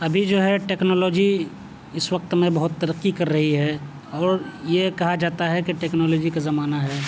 ابھی جو ہے ٹیکنالوجی اس وقت میں بہت ترقی کر رہی ہے اور یہ کہا جاتا ہے کہ ٹیکنالوجی کا زمانہ ہے